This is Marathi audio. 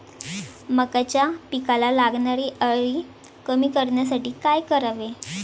मक्याच्या पिकाला लागणारी अळी कमी करण्यासाठी काय करावे?